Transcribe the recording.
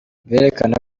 birerekana